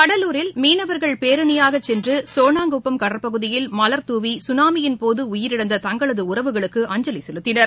கடலூரில் மீனவர்கள் பேரணியாகசென்றுசோனாங்குப்பம் கடற்பகுதியில் மலர்தூவி சுனாமியின்போதஉயிரிழந்த தங்களதுஉறவுகளுக்கு அஞ்சலிசெலுத்தினர்